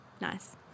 nice